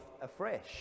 afresh